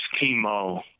chemo